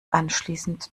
anschließend